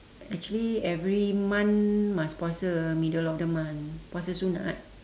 actually every month must puasa middle of the month puasa sunat